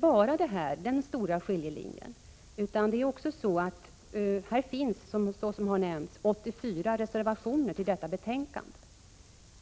Förutom denna stora skiljelinje finns det också, som har nämnts, 84 reservationer till detta betänkande.